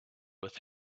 with